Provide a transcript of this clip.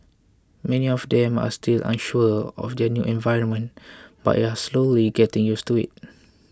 many of them are still unsure of their new environment but are slowly getting used to it